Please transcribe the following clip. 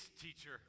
teacher